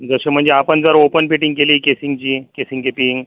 जसे म्हणजे आपण जर ओपन फिटिंग केली केसिनची केसिन जेपिंग